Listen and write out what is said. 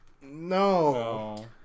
No